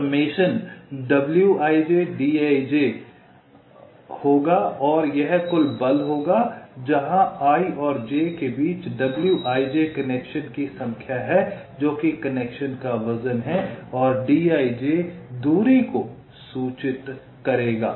तो यह होगा यह कुल बल होगा जहां i और j के बीच wij कनेक्शन की संख्या है जो कि कनेक्शन का वजन है और d ij दूरी को सूचित करेगा